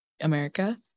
America